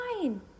fine